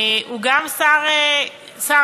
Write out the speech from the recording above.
הוא גם שר התקשורת.